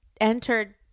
entered